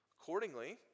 Accordingly